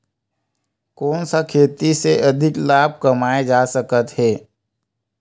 कोन सा खेती से अधिक लाभ कमाय जा सकत हे?